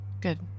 Good